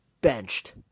benched